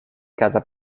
casa